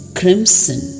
crimson